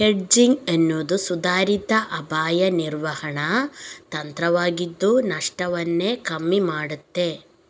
hedging ಎನ್ನುವುದು ಸುಧಾರಿತ ಅಪಾಯ ನಿರ್ವಹಣಾ ತಂತ್ರವಾಗಿದ್ದು ನಷ್ಟವನ್ನ ಕಮ್ಮಿ ಮಾಡ್ತದೆ